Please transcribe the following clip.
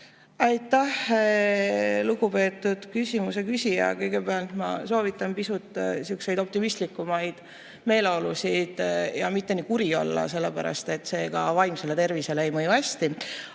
Aitäh, lugupeetud küsimuse küsija! Kõigepealt, ma soovitan pisut optimistlikumaid meeleolusid ja mitte nii kuri olla, sellepärast et see ei mõju vaimsele tervisele hästi.